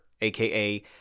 aka